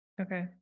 Okay